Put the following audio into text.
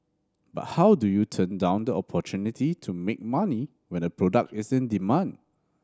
but how do you turn down the opportunity to make money when a product is in demand